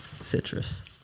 citrus